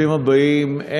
ברוכים הבאים.